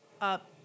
up